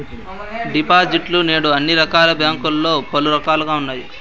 డిపాజిట్లు నేడు అన్ని రకాల బ్యాంకుల్లో పలు రకాలుగా ఉన్నాయి